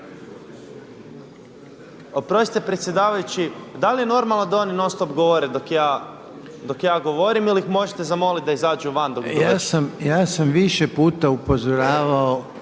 Oprostite predsjedavajući da li je normalno da oni non stop govore dok ja govorim ili ih možete zamoliti da izađu van dok završim? …/Upadica Reiner: Ja sam više puta upozoravao